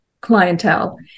clientele